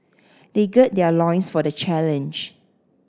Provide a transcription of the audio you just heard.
they gird their loins for the challenge